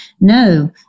No